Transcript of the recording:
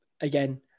again